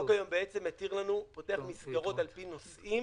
החוק היום פותח מסגרות לפי נושאים